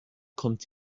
kommt